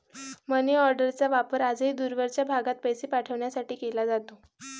मनीऑर्डरचा वापर आजही दूरवरच्या भागात पैसे पाठवण्यासाठी केला जातो